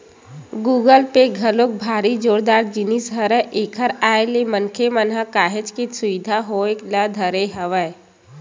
Google Pay घलोक भारी जोरदार जिनिस हरय एखर आय ले मनखे मन ल काहेच के सुबिधा होय ल धरे हवय